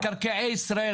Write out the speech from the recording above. מקרקעי ישראל,